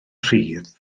rhydd